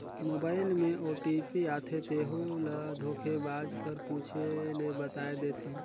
mobile में OTP आथे तेहू ल धोखेबाज कर पूछे ले बताए देथे